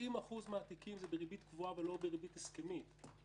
90% מהתיקים זה בריבית קבועה ולא בריבית הסכמית.